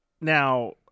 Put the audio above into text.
now